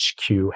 HQ